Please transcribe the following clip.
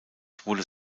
wurde